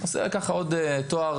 עושה ככה עוד תואר